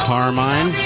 Carmine